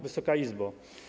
Wysoka Izbo!